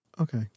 Okay